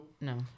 No